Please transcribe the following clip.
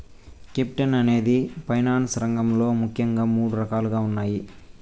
capital అనేది finance రంగంలో ముఖ్యంగా మూడు రకాలుగా ఉన్నాయి